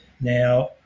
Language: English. now